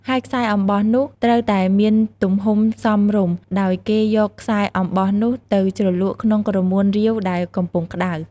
ហើយខ្សែអំបោះនោះត្រូវតែមានទំហំសមរម្យ ដោយគេយកខ្សែអំបោះនោះទៅជ្រលក់ក្នុងក្រមួនរាវដែលកំពុងក្ដៅ។